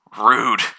Rude